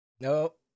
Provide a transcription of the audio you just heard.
Nope